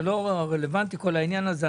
לא רלוונטי העניין הזה.